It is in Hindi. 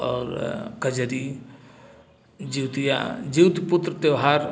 और कजरी जिउतिया ज्यूत पुत्र त्यौहार